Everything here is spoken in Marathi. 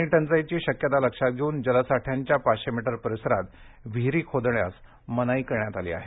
पाणीटंचाईची शक्यता लक्षात घेऊन जलसाठ्यांच्या पाचशे मीटर परिसरात विहीरी खोदण्यास मनाई करण्यात आली आहे